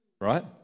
right